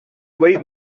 late